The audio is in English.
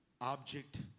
object